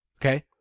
okay